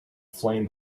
flame